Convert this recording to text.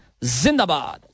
zindabad